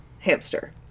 Hamster